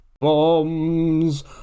Bombs